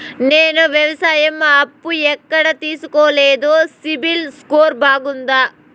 నేను వ్యవసాయం అప్పు ఎక్కడ తీసుకోలేదు, సిబిల్ స్కోరు బాగుందా?